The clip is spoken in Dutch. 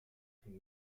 ging